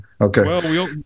Okay